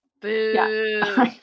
Boo